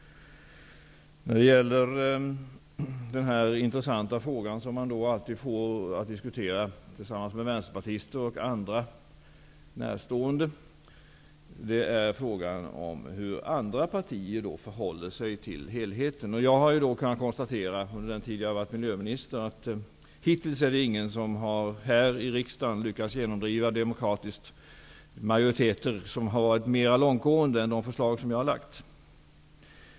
Den intressanta fråga som man alltid får diskutera tillsammans med vänsterpartister och andra dem närstående, är frågan om hur andra partier förhåller sig till helheten. Under den tid jag har varit miljöminister har jag kunnat konstatera att hittills har ingen majoritet här i riksdagen demokratiskt lyckats genomdriva förslag som gått längre än de förslag som jag har lagt fram.